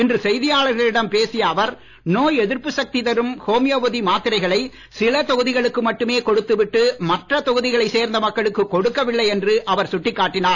இன்று செய்தியாளர்களுடன் பேசிய அவர் நோய் எதிர்ப்பு சக்தி தரும் ஹோமியோபதி மாத்திரைகளை சில தொகுதிகளுக்கு மட்டும் கொடுத்துவிட்டு மற்ற தொகுதிகளைச் சேர்ந்த மக்களுக்கு கொடுக்கவில்லை என்று அவர் சுட்டிக் காட்டினார்